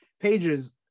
pages